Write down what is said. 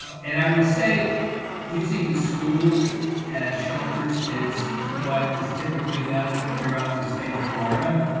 and i would say using the schools and shelters is what is typically done throughout the state of florida.